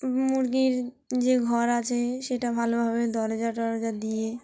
মুরগির যে ঘর আছে সেটা ভালোভাবে দরজা টরজা দিয়ে